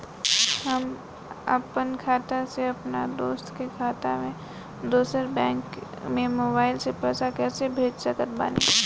हम आपन खाता से अपना दोस्त के खाता मे दोसर बैंक मे मोबाइल से पैसा कैसे भेज सकत बानी?